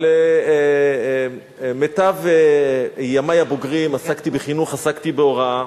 אבל מיטב ימי הבוגרים עסקתי בחינוך, עסקתי בהוראה,